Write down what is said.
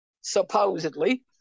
supposedly